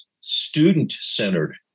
student-centered